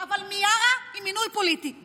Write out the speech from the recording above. אבל מיארה היא מינוי פוליטי.